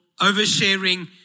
oversharing